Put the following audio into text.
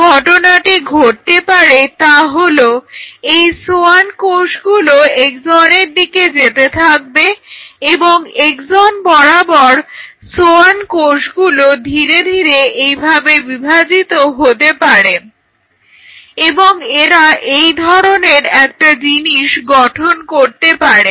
যে ঘটনাটি ঘটতে পারে তা হলো এই সোয়ান কোষগুলো এক্সনের দিকে যেতে থাকবে এবং এক্সন বরাবর সোয়ান কোষগুলো ধীরে ধীরে এইভাবে বিভাজিত হতে পারে এবং এরা এই ধরনের একটা জিনিস গঠন করতে পারে